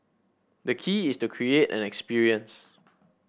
the key is to create an experience